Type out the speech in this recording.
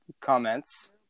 comments